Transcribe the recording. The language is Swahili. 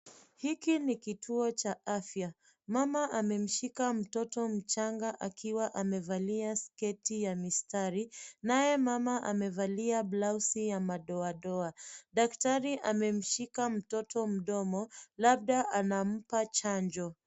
Hiki ni kituo cha afya. Mama amemshika mtoto mchanga akiwa amevalia sketi ya mistari. Naye mama amevalia blausi ya madoadoa. Daktari amemshika mtoto mdomo, labda anampa chanjo.